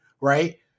right